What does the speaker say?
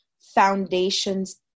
foundations